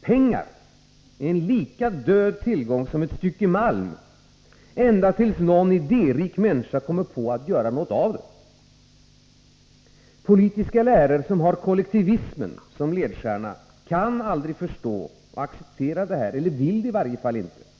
Pengar är en lika död tillgång som ett stycke malm, ända tills någon idérik människa kommer på att göra något av dem. Politiska läror som har kollektivismen som ledstjärna kan aldrig förstå och acceptera detta, eller vill det i varje fall inte.